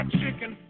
chicken